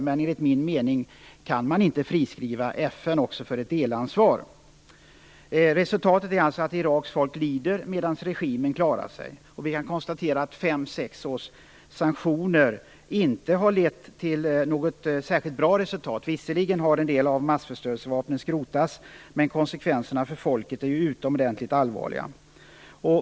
Men enligt min mening kan man inte friskriva FN från ett delansvar. Resultatet är alltså att Iraks folk lider medan regimen klarar sig. Fem, sex års sanktioner har inte lett till något särskilt bra resultat. Visserligen har en del av massförstörelsevapnen skrotats, men konskekvenserna för folket är utomordentligt allvarliga.